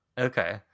Okay